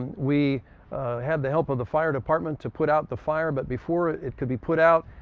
and we had the help of the fire department to put out the fire, but before it it could be put out,